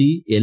G L